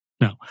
No